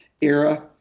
era